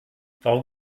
warum